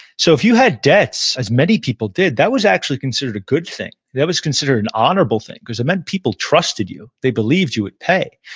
so if you had debts, as many people did, that was actually considered a good thing that was considered an honorable thing, because it meant people trusted you. they believed you would pay,